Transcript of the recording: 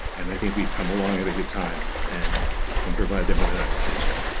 and i think we've come along at a good time and can provide them with an application.